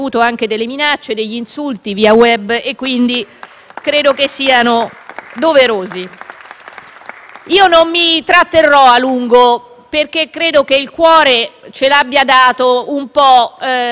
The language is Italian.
Non mi intratterrò a lungo, perché credo che il cuore ce l'abbia dato il tribunale quando ha presentato la richiesta per l'autorizzazione a procedere.